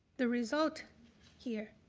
the result here,